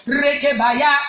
rekebaya